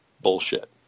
bullshit